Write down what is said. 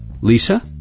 Lisa